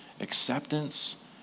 acceptance